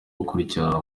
gukurikirana